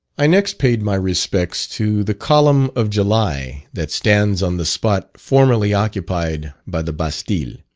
i next paid my respects to the column of july that stands on the spot formerly occupied by the bastile.